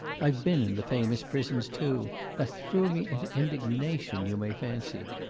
i've been in the famous prisons too that threw me into indignation, you may fancy.